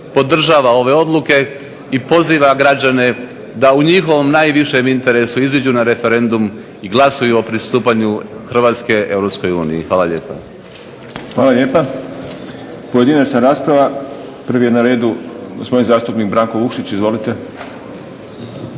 podržava ove odluke i poziva građane da u njihovom najvišem interesu iziđu na referendum i glasuju o pristupanju Hrvatske Europskoj uniji. Hvala lijepa. **Šprem, Boris (SDP)** Hvala lijepa. Pojedinačna rasprava. Prvi je na redu gospodin zastupnik Branko Vukšić. Izvolite.